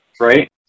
right